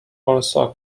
also